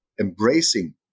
embracing